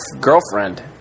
girlfriend